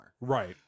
Right